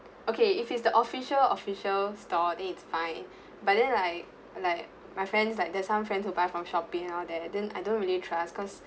okay if it's the official official store then it's fine but then like like my friends like there's some friends who buy from Shopee and all that then I don't really trust because